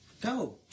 go